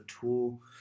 tool